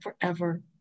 forever